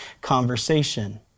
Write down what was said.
conversation